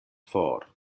for